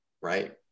right